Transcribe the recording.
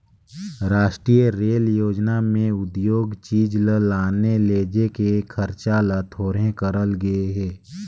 रास्टीय रेल योजना में उद्योग चीच ल लाने लेजे के खरचा ल थोरहें करल गे हे